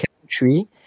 country